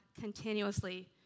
continuously